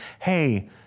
hey